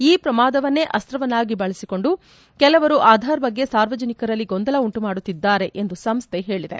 ಈ ಪ್ರಮಾದವನ್ನೇ ಅಸ್ತವನ್ನಾಗಿ ಬಳಸಿಕೊಂಡು ಕೆಲವರು ಆಧಾರ್ ಬಗ್ಗೆ ಸಾರ್ವಜನಿಕರಲ್ಲಿ ಗೊಂದಲ ಉಂಟುಮಾಡುತ್ತಿದ್ದಾರೆ ಎಂದು ಸಂಸ್ಟೆ ಹೇಳಿದೆ